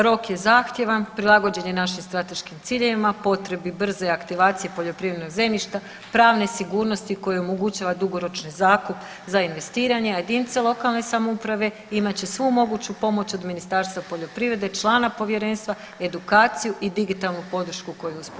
Rok je zahtjevan, prilagođen je našim strateškim ciljevima, potrebi brze aktivacije poljoprivrednog zemljišta, pravne sigurnosti koja omogućava dugoročni zakup za investiranje, a jedinice lokalne samouprave imat će svu moguću pomoć od Ministarstva poljoprivrede, člana povjerenstva, edukaciju i digitalnu podršku koju uspostavljamo.